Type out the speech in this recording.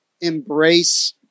embrace